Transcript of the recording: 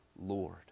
Lord